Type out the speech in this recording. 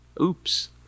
oops